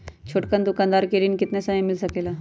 छोटकन दुकानदार के ऋण कितने समय मे मिल सकेला?